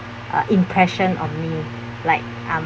uh impression on me like um